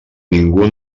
ningú